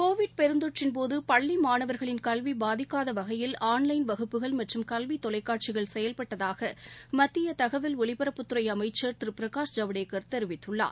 Covid பெருந்தொற்றின்போது பள்ளி மாணவர்களின் கல்வி பாதிக்காத வகையில் ஆன்லைன் வகுப்புகள் மற்றும் கல்வி தொலைக்காட்சிகள் செயல்பட்டதாக மத்திய தகவல் ஒலிபரப்புத்துறை அமைச்சர் திரு பிரகாஷ் ஜவடேகர் தெரிவித்துள்ளார்